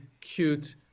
cute